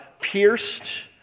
pierced